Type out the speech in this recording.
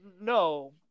No